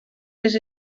les